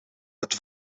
het